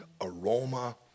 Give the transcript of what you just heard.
aroma